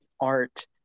art